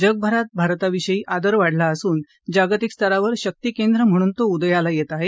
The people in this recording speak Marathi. जगभरात भारता विषयी आदर वाढला असून जागतिक स्तरावर शक्ती केंद्र म्हणून तो उदयाला येत आहे